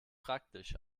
praktisch